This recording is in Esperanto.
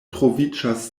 troviĝas